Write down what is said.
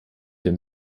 der